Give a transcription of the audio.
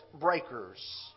breakers